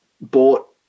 bought